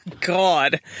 God